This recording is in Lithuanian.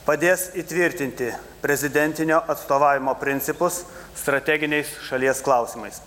padės įtvirtinti prezidentinio atstovavimo principus strateginiais šalies klausimais